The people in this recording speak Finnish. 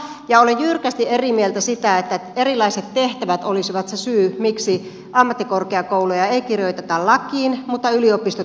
olen jyrkästi eri mieltä siitä että erilaiset tehtävät olisivat se syy miksi ammattikorkeakouluja ei kirjoiteta lakiin mutta yliopistot kirjoitetaan